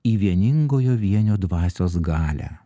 į vieningojo vienio dvasios galią